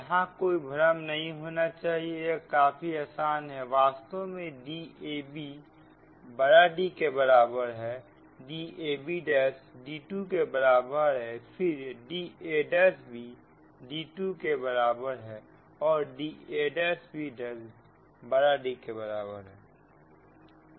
यहां कोई भ्रम नहीं होना चाहिए यह काफी आसान है वास्तव में dab D के बराबर है dab d2 के बराबर है फिर dab d2 के बराबर है और dab D के बराबर है